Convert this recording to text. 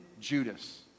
Judas